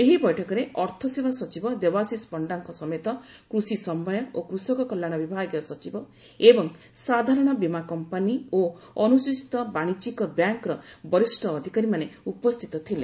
ଏହି ବୈଠକରେ ଅର୍ଥ ସେବା ସଚିବ ଦେବାଶିଷ ପଶ୍ଡାଙ୍କ ସମେତ କୃଷି ସମବାୟ ଓ କୃଷକ କଲ୍ୟାଣ ବିଭାଗୀୟ ସଚିବ ଏବଂ ସାଧାରଣ ବୀମା କମ୍ପାନୀ ଓ ଅନୁସୂଚୀତ ବାଣିଜ୍ୟିକ ବ୍ୟାଙ୍କ୍ର ବରିଷ୍ଣ ଅଧିକାରୀମାନେ ଉପସ୍ଥିତ ଥିଲେ